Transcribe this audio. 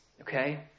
Okay